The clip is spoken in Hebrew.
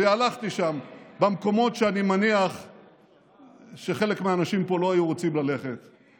הלכתי שם במקומות שאני מניח שחלק מהאנשים פה לא היו רוצים ללכת בהם.